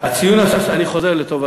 אני חוזר לטובתך: